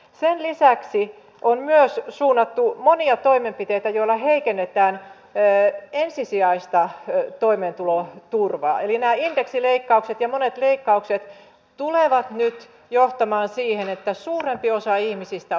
sen lisäksi kone on suunnattu monia toimenpiteitä joilla rahaa kulutetaan av alan lisäksi majoitukseen tukipalveluihin ja monet leikkaukset tulevat nyt johtamaan siihen että suurempi osa ravintolapalveluihin